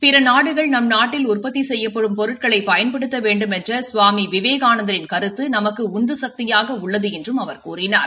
பிற நாடுகள் நம் நாட்டில் உற்பத்தி செய்யப்படும் பொருட்களை பயன்படுத்த வேண்டுமென்ற சுவாமி விவேகானந்தரின் கருத்து நமக்கு உந்துசக்தியாக உள்ளது என்றும் அவர் கூறினார்